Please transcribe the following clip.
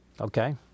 Okay